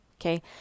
Okay